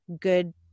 good